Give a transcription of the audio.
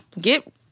get